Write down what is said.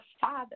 father